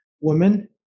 women